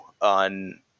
on